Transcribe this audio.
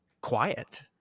quiet